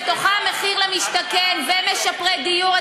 מחיר למשתכן ומשפרי דיור,